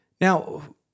Now